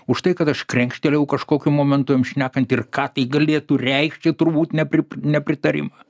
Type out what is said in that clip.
už tai kad aš krenkštelėjau kažkokiu momentu jam šnekant ir ką tai galėtų reikšti turbūt nepri nepritarimą